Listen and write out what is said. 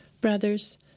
brothers